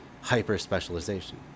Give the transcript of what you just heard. hyper-specialization